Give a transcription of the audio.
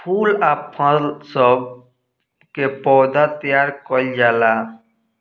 फूल आ फल सब के पौधा तैयार कइल जाला